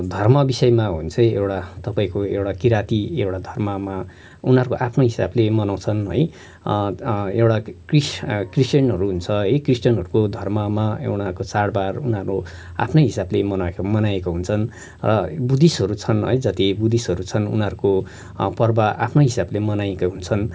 धर्म विषयमा हो भने चाहिँ एउटा तपाईँको एउटा किराती एउटा धर्ममा उनीहरूको आफ्नो हिसाबले मनाउँछन् है एउटा क्रिस क्रिस्चियनहरू हुन्छ है क्रिस्चियनहरूको घर्ममा उनीहरूको एउटा चाडबाड उनीहरूको आफ्नै हिसाबले मनाएको हुन्छन् बुद्धिस्टहरू छन् है जति बुद्धिस्टहरू छन् उनीहरूको पर्व आफ्नै हिसाबले मनाएको हुन्छन्